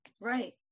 Right